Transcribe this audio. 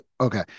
Okay